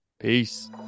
Peace